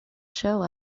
show